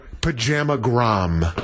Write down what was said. pajama-gram